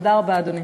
תודה רבה, אדוני.